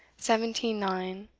seventy nine.